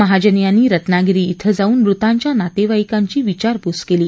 महाजन यांनी रत्नागिरी क्रें जाऊन मृतांच्या नातेवाईकांची विचारपूस केली